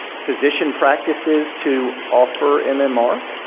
physician practices to offer and and mmr?